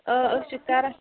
آ أسۍ چھِ کران